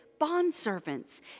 bondservants